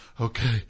Okay